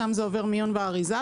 שם זה עובר מיון ואריזה.